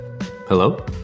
Hello